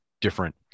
different